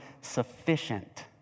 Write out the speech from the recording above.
sufficient